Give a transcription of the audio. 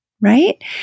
right